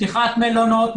פתיחת מלונות,